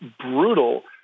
brutal